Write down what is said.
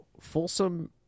Folsom